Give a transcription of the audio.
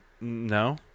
No